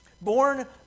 born